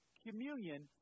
communion